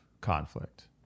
conflict